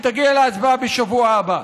היא תגיע להצבעה בשבוע הבא.